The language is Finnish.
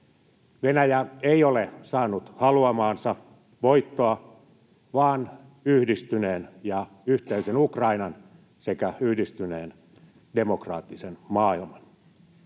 Venäjä ei ole saanut haluamaansa voittoa, vaan yhdistyneen ja yhteisen Ukrainan sekä yhdistyneen demokraattisen maailman.